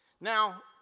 Now